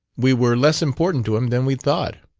we were less important to him than we thought.